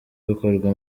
bukorwa